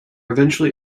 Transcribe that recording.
eventually